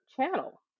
channel